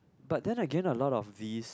but then again a lot of these